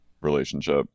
relationship